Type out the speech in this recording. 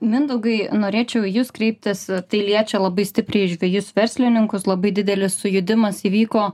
mindaugai norėčiau į jus kreiptis tai liečia labai stipriai žvejus verslininkus labai didelis sujudimas įvyko